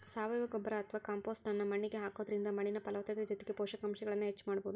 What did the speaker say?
ಸಾವಯವ ಗೊಬ್ಬರ ಅತ್ವಾ ಕಾಂಪೋಸ್ಟ್ ನ್ನ ಮಣ್ಣಿಗೆ ಹಾಕೋದ್ರಿಂದ ಮಣ್ಣಿನ ಫಲವತ್ತತೆ ಜೊತೆಗೆ ಪೋಷಕಾಂಶಗಳನ್ನ ಹೆಚ್ಚ ಮಾಡಬೋದು